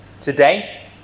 Today